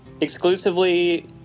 Exclusively